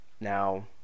Now